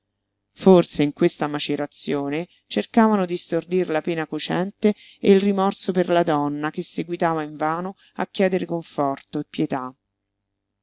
forse in questa macerazione cercavano di stordir la pena cocente e il rimorso per la donna che seguitava invano a chiedere conforto e pietà